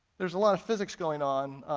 there's a lot of physics going on,